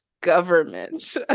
government